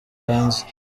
hanze